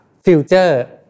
future